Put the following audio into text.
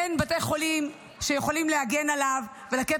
אין בתי חולים שיכולים להגן עליו ולתת